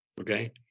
Okay